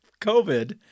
COVID